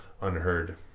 unheard